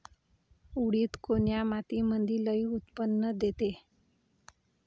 उडीद कोन्या मातीमंदी लई उत्पन्न देते?